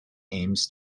aims